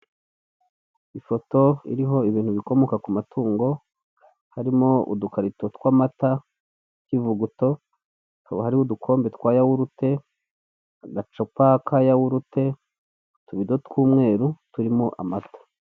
Ifoto iriho ibintu bikomoka ku matungu harimo udukarito tw'amata y'ikivuguto hakaba hari n'udukombe twa yahurute, agacupa kayahurute, utubido tw'umweru turimo amata.